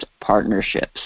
partnerships